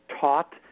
taught